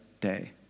day